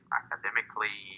academically